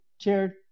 chair